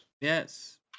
Yes